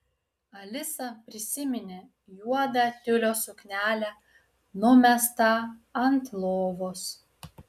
alisa prisiminė juodą tiulio suknelę numestą ant lovos